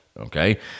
okay